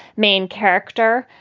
main character.